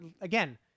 again